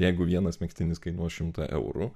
jeigu vienas megztinis kainuos šimtą eurų